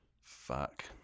Fuck